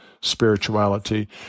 spirituality